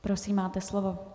Prosím, máte slovo.